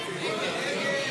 הרחבת סיוע),